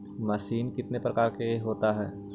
Machine कितने प्रकार का होता है?